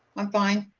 i'm fine.